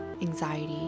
anxiety